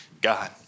God